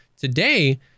today